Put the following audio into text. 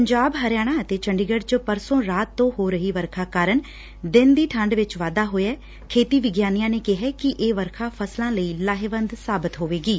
ਪੰਜਾਬ ਹਰਿਆਣਾ ਅਤੇ ਚੰਡੀਗੜ ਚ ਪਰਸੋ ਰਾਤ ਤੋ ਹੋ ਰਹੀ ਵਰਖਾ ਕਾਰਨ ਦਿਨ ਦੀ ਠੰਢ ਵਿਚ ਵਾਧਾ ਹੋਇਐ ਖੇਤੀ ਵਿਗਿਆਨੀਆਂ ਨੇ ਕਿਹਾ ਕਿ ਇਹ ਵਰਖਾ ਫਸਲਾਂ ਲਈ ਲਾਹੇਵੰਦ ਸਾਬਤ ਹੋਵੇਗੀ